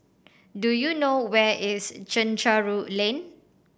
do you know where is Chencharu Lane